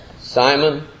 Simon